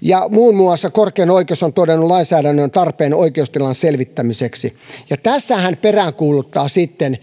ja muun muassa korkein oikeus on todennut lainsäädännön tarpeen oikeustilan selventämiseksi tässä hän peräänkuuluttaa sitten